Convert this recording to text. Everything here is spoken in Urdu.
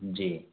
جی